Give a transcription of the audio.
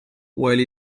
while